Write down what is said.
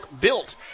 built